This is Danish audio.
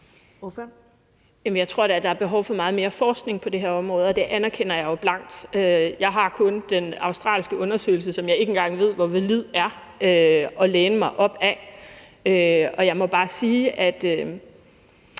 Jeg tror da, at der er behov for meget mere forskning på det her område, og det anerkender jeg jo blankt. Jeg har kun den australske undersøgelse, som jeg ikke engang ved hvor valid er, at læne mig op ad. Og jeg må bare sige, at